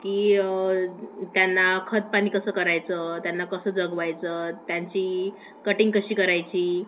की त्यांना खतपाणी कसं करायचं त्यांना कसं जगवायचं त्यांची कटिंग कशी करायची